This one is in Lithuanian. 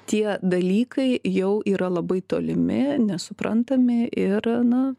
tie dalykai jau yra labai tolimi nesuprantami ir na